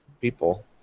people